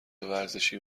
ورزشی